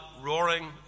roaring